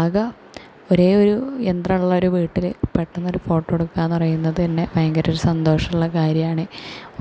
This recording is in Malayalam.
ആകെ ഒരേ ഒരു യന്ത്രമുള്ളൊരു വീട്ടിൽ പെട്ടെന്ന് ഒരു ഫോട്ടോ എടുക്കുക എന്ന് പറയുന്നത് തന്നെ ഭയങ്കരം ഒരു സന്തോഷമുള്ള ഒരു കാര്യമാണ്